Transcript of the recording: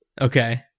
okay